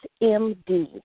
M-D